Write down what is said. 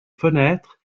fenêtres